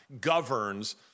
governs